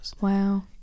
Wow